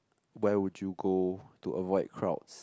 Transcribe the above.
where would you go to avoid crowds